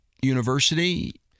university